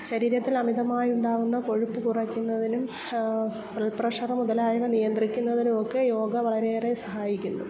ശരീരത്തിൽ അമിതമായുണ്ടാകുന്ന കൊഴുപ്പ് കുറയ്ക്കുന്നതിനും ബ്ലഡ് പ്രഷറ് മുതലായവ നിയന്ത്രിക്കുന്നതിനുമൊക്കെ യോഗ വളരെയേറെ സഹായിക്കുന്നു